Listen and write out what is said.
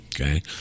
Okay